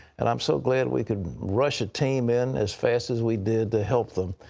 and i'm so glad we can rush a team in as fast as we did to help them.